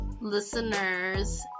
listeners